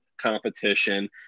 competition